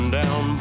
down